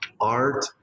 art